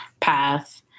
path